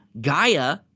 Gaia